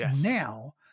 now